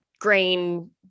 grain